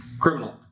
Criminal